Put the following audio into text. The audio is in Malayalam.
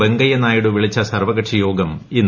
വെങ്കയ്യ നായിഡു വിളിച്ച സർവകക്ഷിയോഗം ഇന്ന്